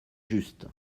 juste